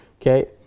okay